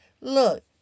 Look